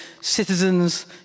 citizens